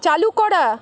চালু করা